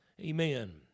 Amen